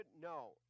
No